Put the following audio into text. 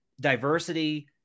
diversity